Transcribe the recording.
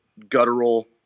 guttural